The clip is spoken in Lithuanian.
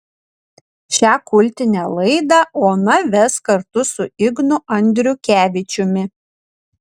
šią kultinę laidą ona ves kartu su ignu andriukevičiumi